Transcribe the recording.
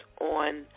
on